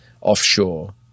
offshore